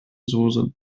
soße